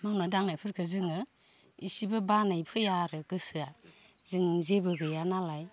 मावनाय दांनायफोरखो जोङो इसिबो बानाय फैया आरो गोसोआ जों जेबो गैयानालाय